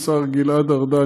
השר גלעד ארדן,